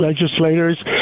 legislators